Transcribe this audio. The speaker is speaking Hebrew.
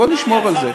בוא נשמור על זה.